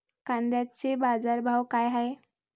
कांद्याचे बाजार भाव का हाये?